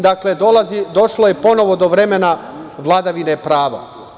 Dakle, došlo je ponovo do vremena vladavine prava.